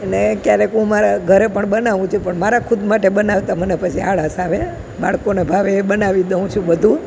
અને ક્યારેક હું મારા ઘરે પણ બનાવું છું પણ મારા ખુદ માટે બનાવતા મને પછી આળસ આવે બાળકોને ભાવે એ બનાવી દઉં છું બધું